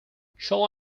shall